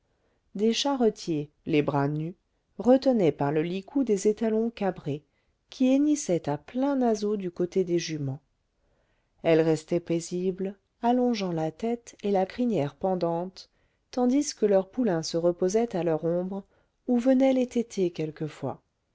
des charretiers les bras nus retenaient par le licou des étalons cabrés qui hennissaient à pleins naseaux du côté des juments elles restaient paisibles allongeant la tête et la crinière pendante tandis que leurs poulains se reposaient à leur ombre ou venaient les téter quelquefois